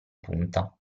punta